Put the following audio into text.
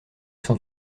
sont